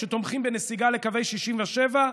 שתומכים בנסיגה לקווי 67'?